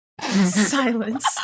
Silence